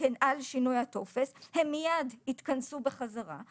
על שינוי הטופס הם מיד התכנסו בחזרה,